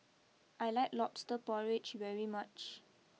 I like Lobster Porridge very much